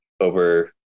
over